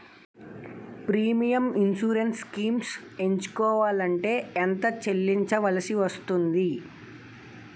Premium insurance schemes ఎంచుకోవలంటే ఎంత చల్లించాల్సివస్తుంది??